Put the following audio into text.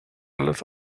alles